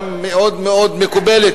וגם מאוד מאוד מקובלת.